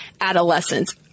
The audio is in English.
adolescents